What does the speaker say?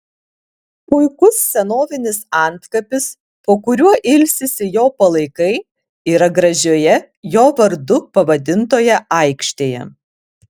puikus senovinis antkapis po kuriuo ilsisi jo palaikai yra gražioje jo vardu pavadintoje aikštėje